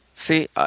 See